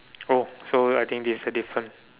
oh so I think this is a different